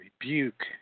rebuke